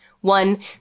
One